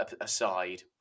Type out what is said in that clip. aside